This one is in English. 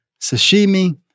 sashimi